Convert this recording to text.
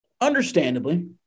Understandably